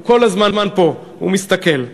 הוא כל הזמן פה, הוא מסתכל.